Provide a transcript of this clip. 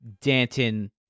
Danton